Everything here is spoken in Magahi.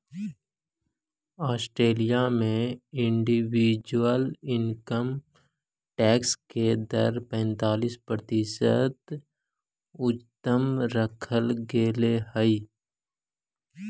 ऑस्ट्रेलिया में इंडिविजुअल इनकम टैक्स के दर पैंतालीस प्रतिशत उच्चतम रखल गेले हई